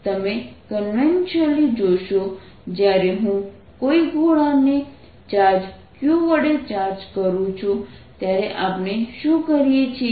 તમે કન્વેન્શનલી જોશો જ્યારે હું કોઈ ગોળાને ચાર્જ q વડે ચાર્જ કરું છું ત્યારે આપણે શું કરીએ છીએ